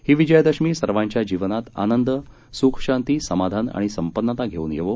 ही विजयादशमी सर्वांच्या जीवनात आनंद सुखशांती समाधान व संपन्नता घेवून येवो